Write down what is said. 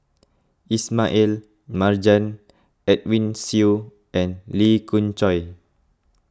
Ismail Marjan Edwin Siew and Lee Khoon Choy